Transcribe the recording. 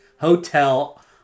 hotel